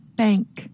bank